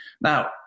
Now